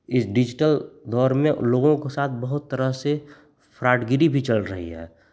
यह डिजिटल दौर में उन लोगों के साथ बहुत तरह से फ्रॉड गिरी भी चल रही है